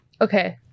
Okay